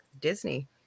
disney